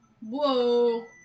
Whoa